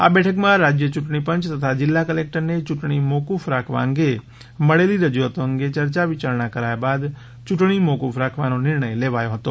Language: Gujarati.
આ બેઠકમાં રાજ્ય ચૂંટણી પંચ તથા જિલ્લા કલેકટરને યૂંટણી મોકુફ રાખવા અંગે મળેલી રજુઆતો અંગે ચર્ચા વિચારણા કરાયા બાદ ચૂંટણી મોક્રફ રાખવાનો નિર્ણય લેવાયો હતો